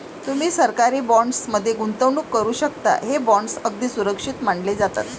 तुम्ही सरकारी बॉण्ड्स मध्ये गुंतवणूक करू शकता, हे बॉण्ड्स अगदी सुरक्षित मानले जातात